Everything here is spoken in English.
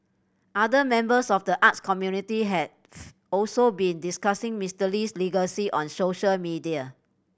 other members of the arts community have also been discussing Mister Lee's legacy on social media